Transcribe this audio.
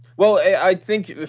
well, i think,